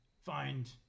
find